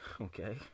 okay